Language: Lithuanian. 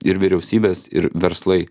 ir vyriausybės ir verslai